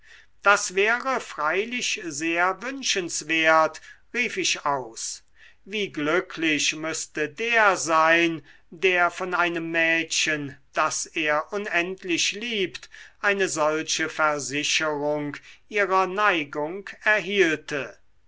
das wäre freilich sehr wünschenswert rief ich aus wie glücklich müßte der sein der von einem mädchen das er unendlich liebt eine solche versicherung ihrer neigung erhielte